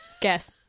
Guess